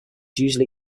usually